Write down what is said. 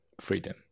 freedom